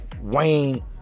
Wayne